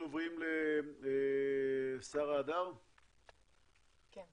אנחנו עוברים לשרה הדר, בבקשה.